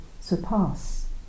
surpass